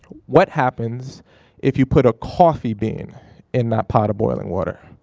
what happens if you put a coffee bean in that pot of boiling water?